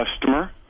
customer